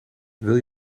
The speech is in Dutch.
wil